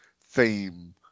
theme